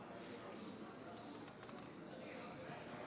של חבר הכנסת יעקב אשר ומשה גפני עברה.